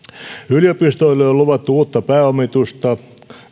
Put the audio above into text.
yliopistoille on luvattu uutta pääomitusta